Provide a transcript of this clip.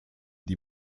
die